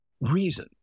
reason